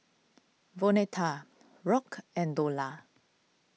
Vonetta Rock and Dorla